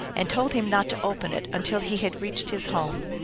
and told him not to open it until he had reached his home.